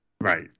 Right